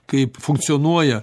kaip funkcionuoja